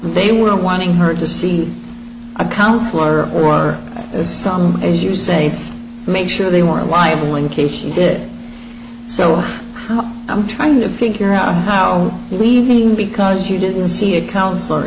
they were wanting her to see a counselor or as some as you say make sure they were liable in case she did so i'm trying to figure out how leaving because you didn't see a counsellor